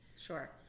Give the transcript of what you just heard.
sure